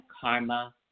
karma